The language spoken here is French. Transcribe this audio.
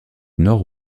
nord